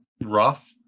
rough